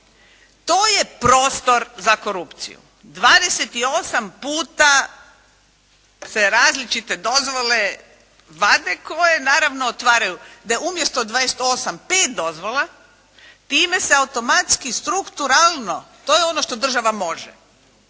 To je prostor za korupciju, 28 puta se različite dozvole vade, koje naravno otvaraju, da je umjesto 28, pet dozvola, time se automatski strukturalno, to je ono što država može,